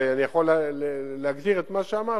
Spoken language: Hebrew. אני יכול להגדיר את מה שאמרת,